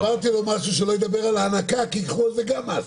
אמרתי לו שלא ידבר על ההנקה כי ייקחו גם על זה מס.